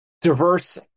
diverse